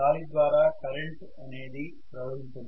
గాలి ద్వారా కరెంటు అనేది ప్రవహించదు